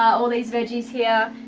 all these veggies here,